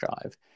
drive